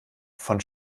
von